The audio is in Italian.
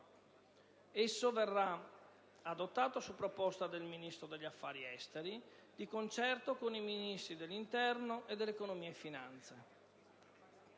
Esso verrà adottato su proposta del Ministro degli affari esteri, di concerto con i Ministri dell'interno e dell'economia e finanze.